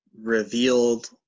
revealed